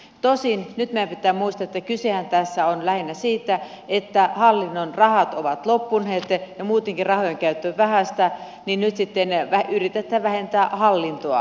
tosin nyt meidän pitää muistaa että kysehän tässä on lähinnä siitä että hallinnon rahat ovat loppuneet ja muutenkin rahojen käyttö on vähäistä ja nyt sitten yritetään vähentää hallintoa